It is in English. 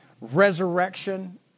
resurrection